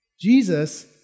Jesus